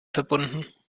verbunden